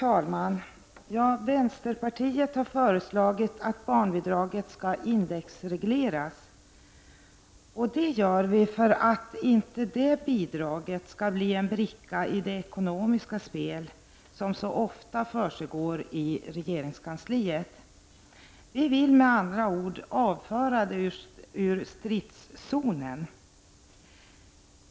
Fru talman! Vänsterpartiet har föreslagit att barnbidraget skall indexregleras. Vi gör det för att detta bidrag inte skall bli en bricka i det ekonomiska spel som så ofta försiggår i regeringskansliet. Vi vill med andra ord avföra det ur stridszonen.